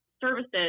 services